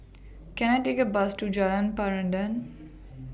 Can I Take A Bus to Jalan Peradun